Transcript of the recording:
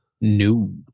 No